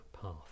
path